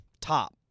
top